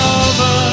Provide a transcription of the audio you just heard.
over